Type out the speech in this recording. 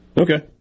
Okay